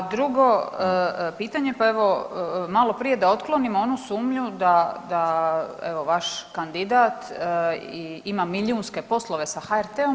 A drugo pitanje, pa evo malo prije da otklonimo onu sumnju da evo vaš kandidat ima milijunske poslove sa HRT-om.